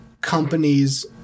companies